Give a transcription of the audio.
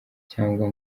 cyangwa